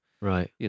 Right